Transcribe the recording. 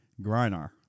Griner